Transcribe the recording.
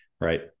right